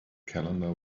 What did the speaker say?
calendar